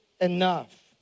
enough